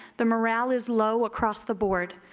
the morale is low across the board.